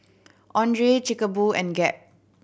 Andre Chic Boo and Gap